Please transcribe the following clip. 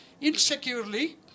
insecurely